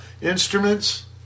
instruments